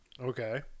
Okay